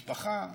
משפחה,